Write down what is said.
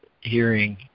hearing